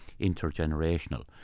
intergenerational